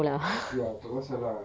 ya tu pasal lah